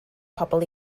pobl